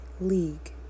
League